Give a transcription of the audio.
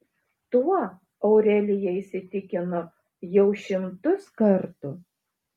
tuo aurelija įsitikino jau šimtus kartų